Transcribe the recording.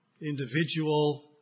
individual